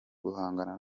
guhangana